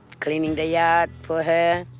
cleaning the yard for her,